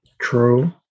true